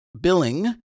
billing